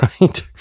right